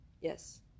Yes